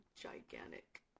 gigantic